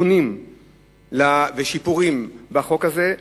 תיקונים ושיפורים בחוק הזה,